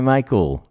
Michael